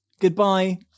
goodbye